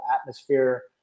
atmosphere